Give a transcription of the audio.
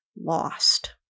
lost